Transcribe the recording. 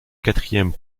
quatrième